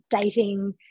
dating